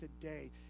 today